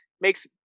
makes